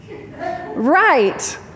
Right